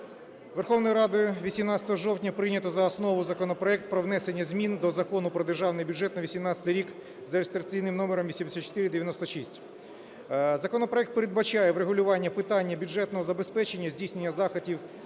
Верховною Радою 18 жовтня прийнято за основу законопроект про внесення змін до Закону про Державний бюджет на 2018 рік за реєстраційним номером 8496. Законопроект передбачає врегулювання питання бюджетного забезпечення здійснення заходів